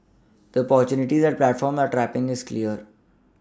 the opportunity that these platforms are tapPing is clear